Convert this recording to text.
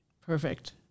Perfect